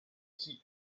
qui